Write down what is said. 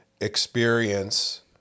experience